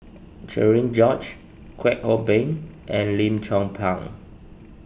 Cherian George Kwek Hong Png and Lim Chong Pang